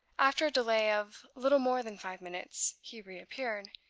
after delay of little more than five minutes, he reappeared,